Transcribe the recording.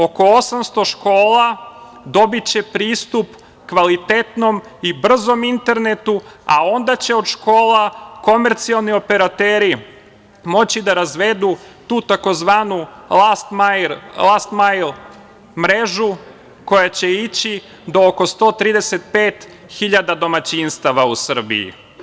Oko 800 škola dobiće pristup kvalitetnom i brzom internetu, a onda će od škola komercijalni operateri moći da razvedu tu tzv. „last mile“ mrežu, koja će ići do oko 135 hiljada domaćinstva u Srbiji.